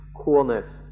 coolness